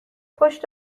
پشت